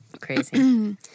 crazy